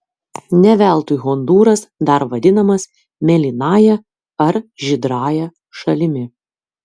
ne veltui hondūras dar vadinamas mėlynąja ar žydrąja šalimi